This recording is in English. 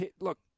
Look